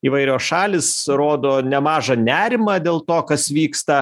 įvairios šalys rodo nemažą nerimą dėl to kas vyksta